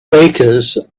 bakers